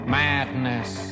madness